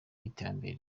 y’iterambere